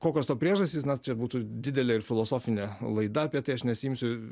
kokios to priežastys na čia būtų didelė ir filosofinė laida apie tai aš nesiimsiu